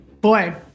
Boy